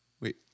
Wait